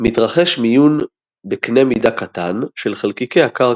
מתרחש מיון בקנה מידה קטן של חלקיקי הקרקע.